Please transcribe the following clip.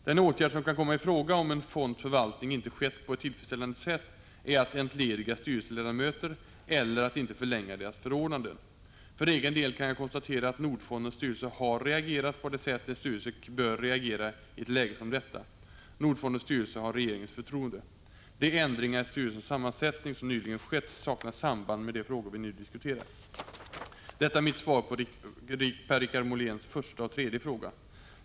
Den åtgärd som kan komma i fråga om en fonds förvaltning inte skett på ett tillfredsställande sätt är att entlediga styrelseledamöter eller att inte förlänga deras förordnanden. För egen del kan jag konstatera att Nordfondens styrelse har reagerat på det sätt en styrelse bör reagera i ett läge som detta. Nordfondens styrelse har regeringens förtroende. De ändringar i styrelsens sammansättning som nyligen skett saknar samband med de frågor vi nu diskuterar. Detta är mitt svar på Per-Richard Moléns första och tredje fråga.